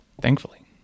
thankfully